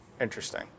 interesting